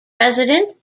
president